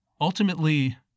Ultimately